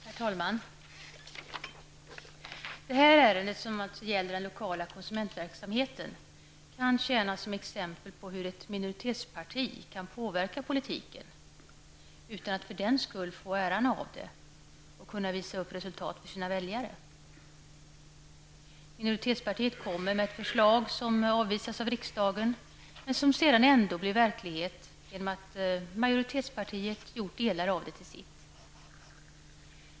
Herr talman! Detta ärende, som alltså gäller den lokala konsumentverksamheten, kan tjäna som exempel på hur ett minoritetsparti kan påverka politiken utan att för den skull få ta äran åt sig för det och kunna visa upp resultat för sina väljare. Ett minoritetsparti kommer alltså med ett förslag, som avvisas av riksdagen men som senare ändå förverkligas genom att majoritetspartiet gör delar av förslaget till sitt.